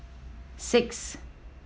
six